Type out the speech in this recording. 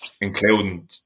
Including